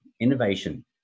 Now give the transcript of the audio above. innovation